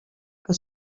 que